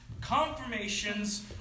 confirmations